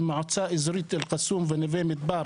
עם מועצה אזורית אל קסום ונווה מדבר,